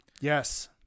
Yes